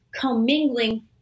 commingling